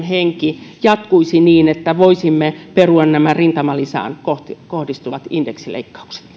henki jatkuisi niin että voisimme perua nämä rintamalisään kohdistuvat indeksileikkaukset